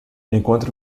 encontre